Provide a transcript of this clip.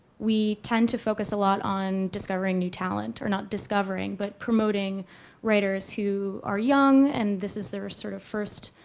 we tend to focus a lot on discovering new talent or not discovering, but promoting writers who are young and this is their, sort of, first